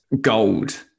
Gold